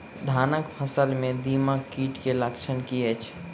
धानक फसल मे दीमक कीट केँ लक्षण की अछि?